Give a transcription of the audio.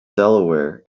delaware